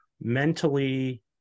mentally